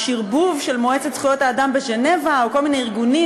השרבוב של מועצת זכויות האדם בז'נבה או כל מיני ארגונים